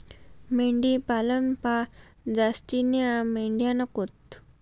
मेंढी पालनमा जास्तीन्या मेंढ्या नकोत